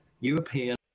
European